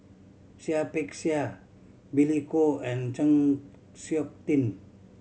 Seah Peck Seah Billy Koh and Chng Seok Tin